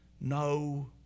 no